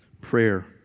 Prayer